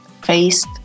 faced